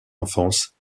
enfance